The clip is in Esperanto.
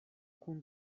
kun